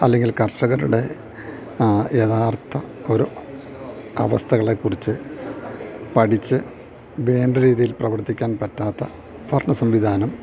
അല്ലെങ്കിൽ കർഷകരുടെ യഥാർത്ഥ ഒരു അവസ്ഥകളെ കുറിച്ച് പഠിച്ച് വേണ്ട രീതിയിൽ പ്രവർത്തിക്കാൻ പറ്റാത്ത ഭരണ സംവിധാനം